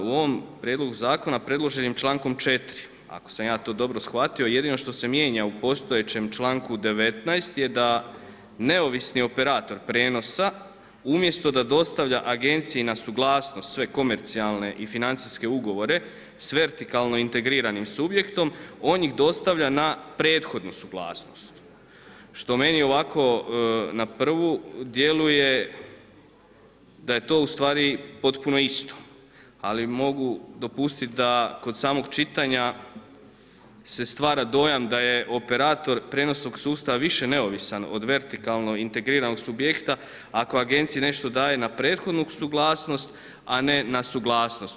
U ovom prijedlogu zakona predloženim člankom 4., ako sam ja to dobro shvatio jedino što se mijenja u postojećem članku 19. je da neovisni operator prijenosa umjesto da dostavlja agenciji na suglasnost sve komercijalne i financijske ugovore sa vertikalno integriranim subjektom on ih dostavlja na prethodnu suglasnost što meni ovako na prvu djeluje da je to ustvari potpuno isto, ali mogu dopustiti da kod samog čitanja se stvara dojam da je operator prijenosnog sustava više neovisan od vertikalno integriranog subjekta ako agenciji nešto daje na prethodnu suglasnost a ne na suglasnost.